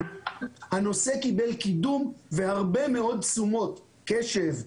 הנושא קיבל קידום והרבה מאוד תשומות וקשב,